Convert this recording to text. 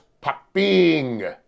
popping